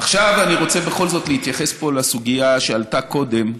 עכשיו אני רוצה בכל זאת להתייחס פה לסוגיה שעלתה קודם.